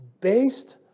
based